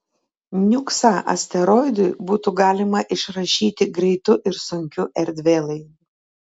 niuksą asteroidui būtų galima išrašyti greitu ir sunkiu erdvėlaiviu